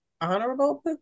honorable